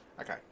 Okay